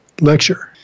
lecture